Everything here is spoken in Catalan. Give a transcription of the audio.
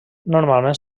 normalment